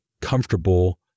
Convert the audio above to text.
comfortable